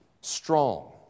strong